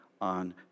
on